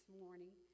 morning